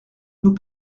nous